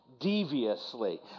deviously